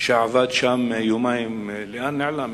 שעבד שם יומיים נעלם?